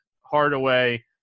Hardaway